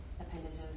appendages